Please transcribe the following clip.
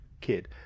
kid